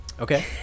Okay